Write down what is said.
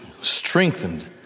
strengthened